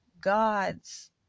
god's